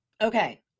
Okay